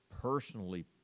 personally